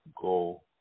go